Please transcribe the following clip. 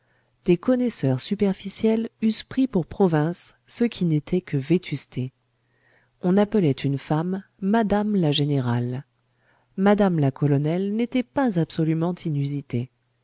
des connaisseurs superficiels eussent pris pour province ce qui n'était que vétusté on appelait une femme madame la générale madame la colonelle n'était pas absolument inusité